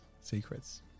secrets